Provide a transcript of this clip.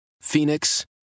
Phoenix